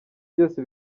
byose